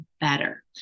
better